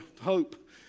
hope